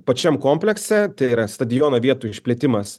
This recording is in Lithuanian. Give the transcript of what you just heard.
pačiam komplekse yra stadiono vietų išplėtimas